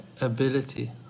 ability